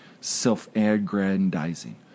self-aggrandizing